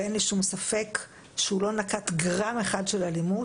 ואין לי שום ספק שהוא לא נקט בגרם אחד של אלימות.